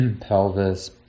pelvis